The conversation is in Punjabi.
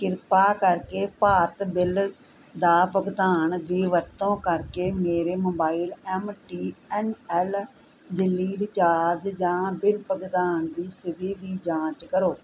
ਕਿਰਪਾ ਕਰਕੇ ਭਾਰਤ ਬਿੱਲ ਦਾ ਭੁਗਤਾਨ ਦੀ ਵਰਤੋਂ ਕਰਕੇ ਮੇਰੇ mobile M T N L Delhi recharge ਜਾਂ ਬਿੱਲ ਭੁਗਤਾਨ ਦੀ ਸਥਿਤੀ ਦੀ ਜਾਂਚ ਕਰੋ